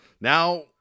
Now